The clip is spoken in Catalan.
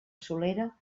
solera